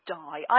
die